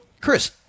Chris